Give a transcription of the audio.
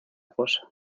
fosa